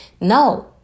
No